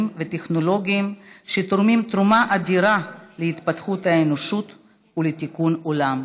וטכנולוגיים שתורמים תרומה אדירה להתפתחות האנושות ולתיקון עולם.